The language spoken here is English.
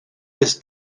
this